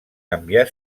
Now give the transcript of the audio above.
canviar